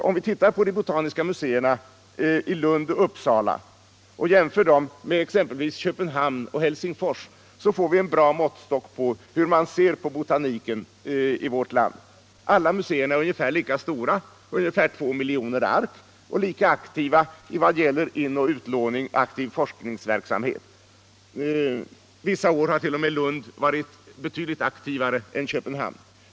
Om vi tittar på de botaniska museerna i Lund och Uppsala och jämför dem med motsvarande museer i exempelvis Köpenhamn och Helsingfors får vi en bra måttstock på hur man ser på botaniken i vårt land. Alla fyra museerna är ungefär lika stora, ca 2 miljoner ark, och lika aktiva i vad gäller inoch utlåning och aktiv forskningsverksamhet. Vissa år har Lund t.o.m. varit betydligt aktivare än Köpenhamn.